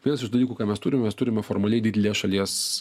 vienas iš dalykų ką mes turim mes turime formaliai didelės šalies